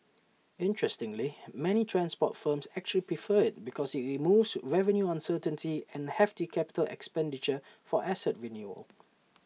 interestingly many transport firms actually prefer IT because IT removes revenue uncertainty and hefty capital expenditure for asset renewal